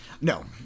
No